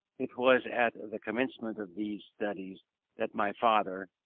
it was at the commencement of these studies that my father,